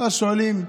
ואז שואלים: